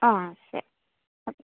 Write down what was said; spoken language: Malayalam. ആ ശരി ഓക്കേ